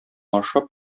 ашап